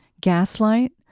Gaslight